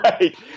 Right